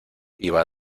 iba